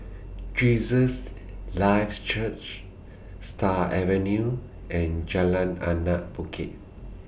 Jesus Lives Church Stars Avenue and Jalan Anak Bukit